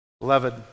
Beloved